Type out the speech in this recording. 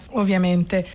ovviamente